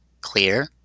clear